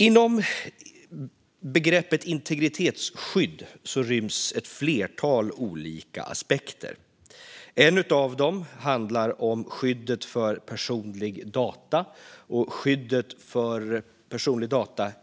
Inom begreppet integritetsskydd ryms ett flertal olika aspekter. En av dem handlar om skyddet för personliga data och skyddet